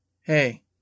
hey